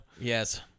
yes